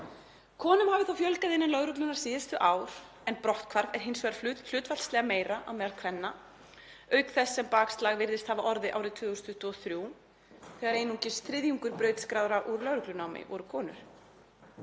Konum hafi þó fjölgað innan lögreglunnar síðustu ár en brotthvarf sé hins vegar hlutfallslega meira á meðal kvenna, auk þess sem bakslag virðist hafa orðið árið 2023 þegar einungis þriðjungur brautskráðra úr lögreglunámi var konur.